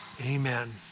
Amen